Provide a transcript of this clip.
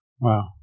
Wow